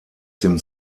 dem